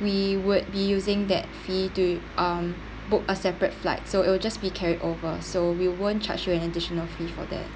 we would be using that fee to um book a separate flight so it will just be carried over so we won't charge you an additional fee for that